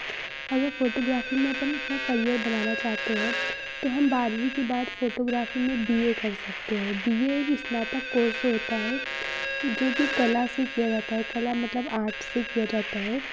अगर फ़ोटोग्राफ़ी में अपन अपना करियर बनाना चाहते हैं तो हम बारहवीं के बाद फ़ोटोग्राफ़ी में बी ए कर सकते हैं बी ए एक स्नातक कोर्स होता है जो कि कला से किया जाता है कला मतलब आर्ट्स से किया जाता है